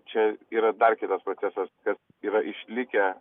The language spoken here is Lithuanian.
čia yra dar kitas procesas kas yra išlikę